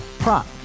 Prop